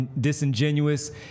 disingenuous